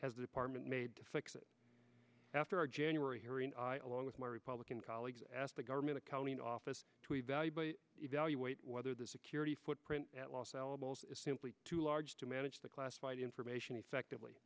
the department made to fix it after a january here in iowa long with my republican colleagues asked the government accounting office to evaluate evaluate whether the security footprint at los alamos is simply too large to manage the classified information effectively